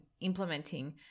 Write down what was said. implementing